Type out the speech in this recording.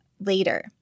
later